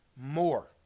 more